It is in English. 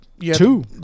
Two